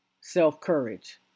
self-courage